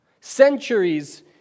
Centuries